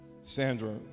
Sandra